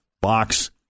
box